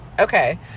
okay